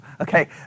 Okay